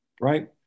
right